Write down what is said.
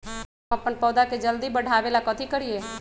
हम अपन पौधा के जल्दी बाढ़आवेला कथि करिए?